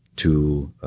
to